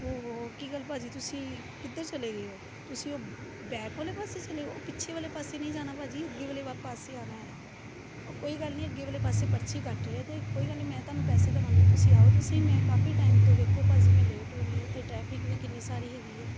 ਓਹ ਹੋ ਕੀ ਗੱਲ ਭਾਅ ਜੀ ਤੁਸੀਂ ਕਿੱਧਰ ਚਲੇ ਗਏ ਹੋ ਤੁਸੀਂ ਉਹ ਬੈਕ ਵਾਲੇ ਪਾਸੇ ਚਲੇ ਉਹ ਪਿੱਛੇ ਵਾਲੇ ਪਾਸੇ ਨਹੀਂ ਜਾਣਾ ਭਾਅ ਜੀ ਅੱਗੇ ਵਾਲੇ ਵ ਪਾਸੇ ਆਉਣਾ ਹੈ ਉਹ ਕੋਈ ਗੱਲ ਨਹੀਂ ਅੱਗੇ ਵਾਲੇ ਪਾਸੇ ਪਰਚੀ ਕੱਟ ਰਹੇ ਅਤੇ ਕੋਈ ਗੱਲ ਨਹੀਂ ਮੈਂ ਤੁਹਾਨੂੰ ਪੈਸੇ ਦੇਵਾਂਗੀ ਤੁਸੀਂ ਆਓ ਅਤੇ ਸਹੀ ਮੈਂ ਕਾਫੀ ਟਾਈਮ ਤੋਂ ਵੇਖੋ ਭਾਜੀ ਮੈਂ ਲੇਟ ਹੋ ਰਹੀ ਹੈ ਇੱਥੇ ਟਰੈਫਿਕ ਵੀ ਕਿੰਨੀ ਸਾਰੀ ਹੈਗੀ ਏ